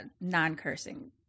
non-cursing